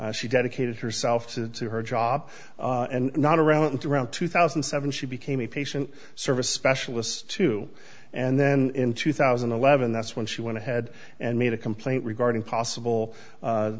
she dedicated herself to her job and not around to around two thousand and seven she became a patient service specialist too and then in two thousand and eleven that's when she went ahead and made a complaint regarding possible